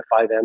5M